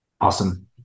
Awesome